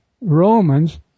Romans